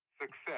success